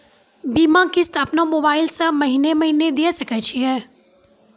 बीमा किस्त अपनो मोबाइल से महीने महीने दिए सकय छियै?